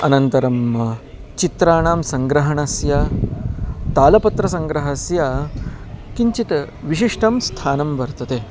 अनन्तरं चित्राणां सङ्ग्रहणस्य तालपत्रसङ्ग्रहस्य किञ्चित् विशिष्टं स्थानं वर्तते